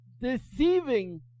deceiving